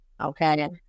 Okay